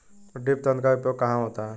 Drip तंत्र का उपयोग कहाँ होता है?